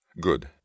Good